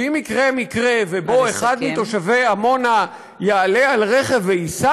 שאם יקרה מקרה שאחד מתושבי עמונה נא לסכם.